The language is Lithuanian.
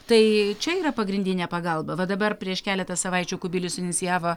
tai čia yra pagrindinė pagalba va dabar prieš keletą savaičių kubilius inicijavo